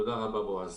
תודה רבה, בעז.